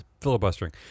filibustering